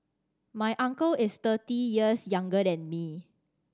my uncle is thirty years younger than me